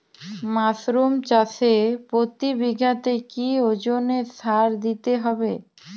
Mushroom চাষে প্রতি বিঘাতে কি ওজনে সার দিতে হবে?